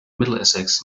middlesex